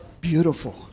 beautiful